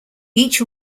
each